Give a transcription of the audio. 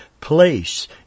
place